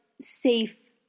safe